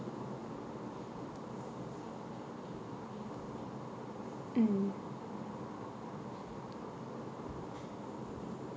mm